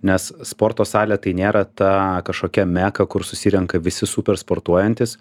nes sporto salė tai nėra ta kažkokia meka kur susirenka visi supersportuojantys